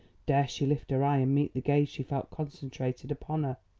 dare she lift her eye and meet the gaze she felt concentrated upon her?